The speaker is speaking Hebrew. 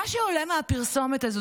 מה שעולה מהפרסומת הזו,